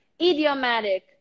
Idiomatic